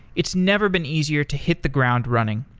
it's never been easier to hit the ground running.